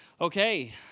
Okay